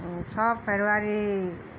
छ फरवरी